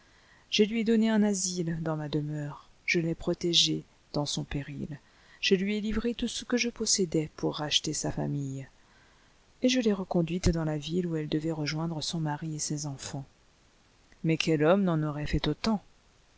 je lui ai donné un asile dans ma demeure je l'ai protégée dans son péril je lui ai livré tout ce que je possédais pour racheter sa famille et je l'ai reconduite dans la ville où elle devait rejoindre son mari et ses enfants mais quel homme n'en aurait fait autant